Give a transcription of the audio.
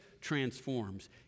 transforms